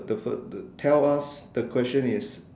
the first the tell us the question is